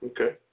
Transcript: Okay